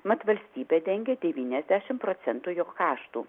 mat valstybė dengia devyniasdešim procentų jo kaštų